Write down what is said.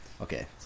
Okay